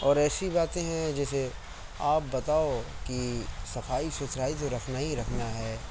اور ایسی باتیں ہیں جیسے آپ بتاؤ کہ صفائی ستھرائی تو رکھنا ہی رکھنا ہے